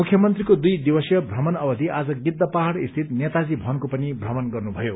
मुख्यमन्त्रीको दुइ दिवसीय भ्रमण अवधि आज गिद्धपहाइ स्थित नेताजी भवनको पनि भ्रमण गर्नुभयो